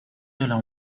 دلم